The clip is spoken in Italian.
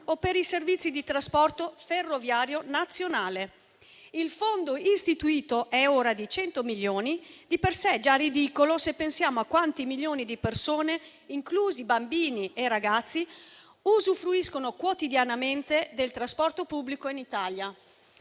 o per i servizi di trasporto ferroviario nazionale. Il fondo istituito è ora di 100 milioni, di per sé già ridicolo, se pensiamo a quanti milioni di persone, inclusi bambini e ragazzi, usufruiscono quotidianamente del trasporto pubblico in Italia.